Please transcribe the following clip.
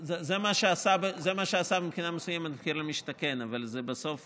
מה שעשה מבחינה מסוימת המחיר למשתכן, אבל זה בסוף